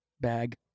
Bag